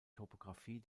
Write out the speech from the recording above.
topographie